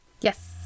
Yes